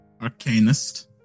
arcanist